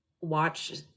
watch